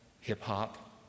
hip-hop